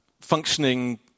functioning